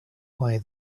why